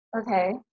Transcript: okay